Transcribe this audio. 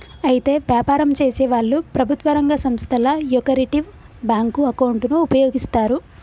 అయితే వ్యాపారం చేసేవాళ్లు ప్రభుత్వ రంగ సంస్థల యొకరిటివ్ బ్యాంకు అకౌంటును ఉపయోగిస్తారు